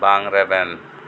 ᱵᱟᱝ ᱨᱮᱵᱮᱱ